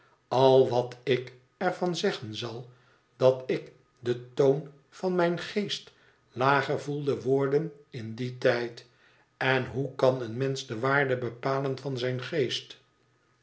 al wat ik er van zeggen zsl is dat ik den toon van mijn geest lager voelde worden in dien tijd en hoe kan een mensch de waarde bepsden van zijn geest